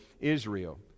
israel